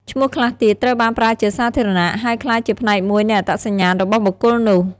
ឈ្មោះខ្លះទៀតត្រូវបានប្រើជាសាធារណៈ ហើយក្លាយជាផ្នែកមួយនៃអត្តសញ្ញាណរបស់បុគ្គលនោះ។